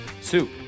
Soup